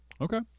Okay